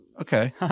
Okay